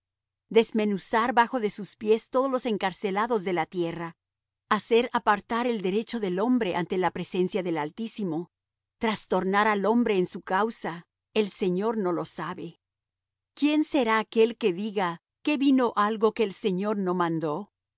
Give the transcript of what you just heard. desmenuzar bajo de sus pies todos los encarcelados de la tierra hacer apartar el derecho del hombre ante la presencia del altísimo trastornar al hombre en su causa el señor no lo sabe quién será aquel que diga que vino algo que el señor no mandó